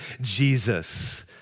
Jesus